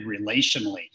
relationally